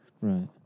Right